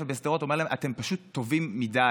ובשדרות ואומר להם: אתם פשוט טובים מדי,